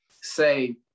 say